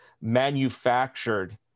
manufactured